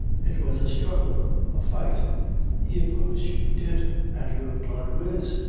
it was a struggle a fight he opposed you he did, and your blood riz,